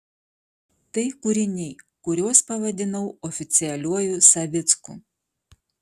tai kūriniai kuriuos pavadinau oficialiuoju savicku